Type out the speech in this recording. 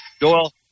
Doyle